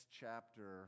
chapter